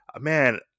man